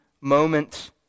moment